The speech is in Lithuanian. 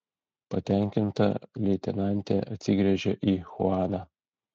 patenkinta leitenantė atsigręžė į chuaną